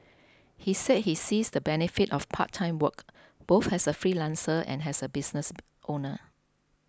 he said he sees the benefit of part time work both as a freelancer and as a business owner